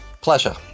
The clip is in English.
pleasure